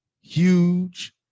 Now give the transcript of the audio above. huge